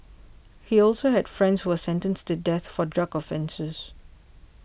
he also had friends who were sentenced to death for drug offences